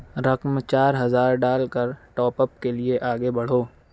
رقم چار ہزار ڈال کر ٹاپ اپ کے لیے آگے بڑھو